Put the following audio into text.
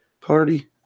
Party